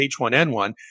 H1N1